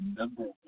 number